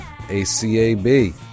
ACAB